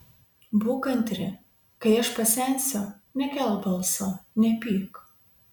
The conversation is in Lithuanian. būk kantri kai aš pasensiu nekelk balso nepyk